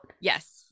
yes